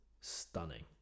stunning